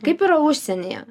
kaip yra užsienyje